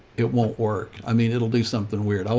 it won't work. i mean, it'll do something weird.